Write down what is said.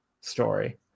story